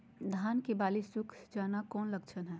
धान की बाली सुख जाना कौन लक्षण हैं?